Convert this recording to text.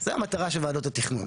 זו המטרה של ועדות התכנון,